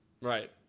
Right